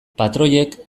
patroiek